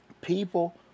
People